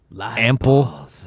ample